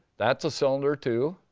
that's a cylinder too.